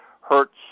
hurts